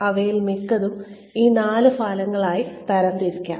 അവയിൽ മിക്കതും ഈ നാല് ഫലങ്ങളായി തരംതിരിക്കാം